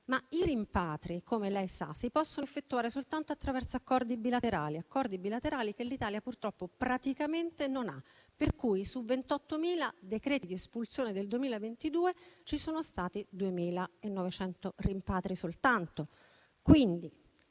Ma i rimpatri, come lei sa, si possono effettuare soltanto attraverso accordi bilaterali che l'Italia purtroppo praticamente non ha, per cui su 28.000 decreti di espulsione del 2022 ci sono stati soltanto